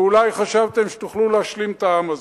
ואולי חשבתם שתוכלו להשלות את העם הזה.